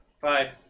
Bye